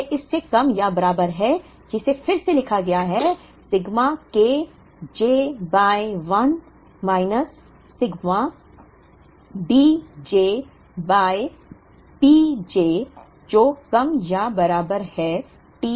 यह इस से कम या बराबर है जिसे फिर से लिखा गया है sigma K j by 1 minus sigma Dj by Pj जो कम या बराबर है T के